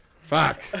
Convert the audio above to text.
Fuck